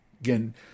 again